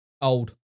old